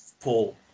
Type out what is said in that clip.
Paul